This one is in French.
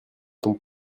tombe